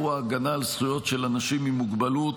ההגנה על זכויות של אנשים עם מוגבלות.